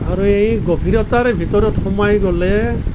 আৰু এই গভীৰতাৰ ভিতৰত সোমাই গ'লে